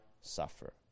suffer